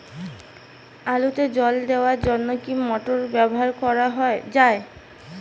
আলুতে জল দেওয়ার জন্য কি মোটর ব্যবহার করা যায়?